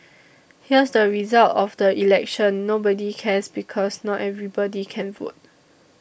here's the result of the election nobody cares because not everybody can vote